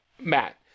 Matt